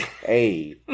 Hey